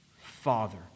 Father